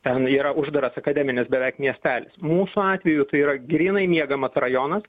ten yra uždaras akademinis beveik miestelis mūsų atveju tai yra grynai miegamas rajonas